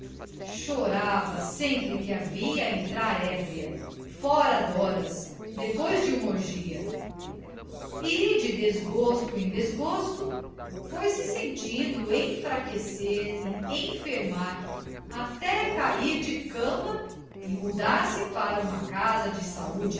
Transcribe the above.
chorava sempre que a via entrar ébria fora de horas depois de uma orgia e de desgosto em desgosto foi-se sentindo enfraquecer e enfermar até cair de cama e mudar-se para uma casa de saúde